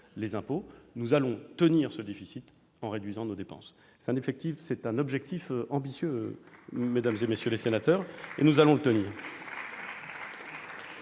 les impôts et de contenir le déficit en réduisant les dépenses. C'est un objectif ambitieux, mesdames, messieurs les sénateurs, mais nous allons l'atteindre